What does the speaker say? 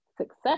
success